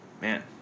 man